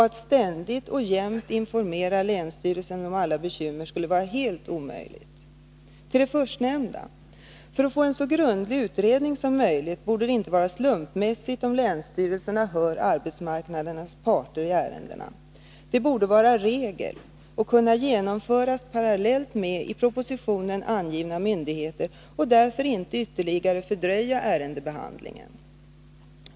Att ständigt och jämt informera länsstyrelsen om alla bekymmer skulle vara helt omöjligt. Till det förstnämnda: För att få en så grundlig utredning som möjligt borde det inte vara slumpmässigt om länsstyrelsen hör arbetsmarknadens parter i ärendena. Det borde vara regel och kunna genomföras parallellt med i propositionen angivna myndigheter och därför inte ytterligare fördröja ärendebehandlingen.